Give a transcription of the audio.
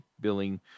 billing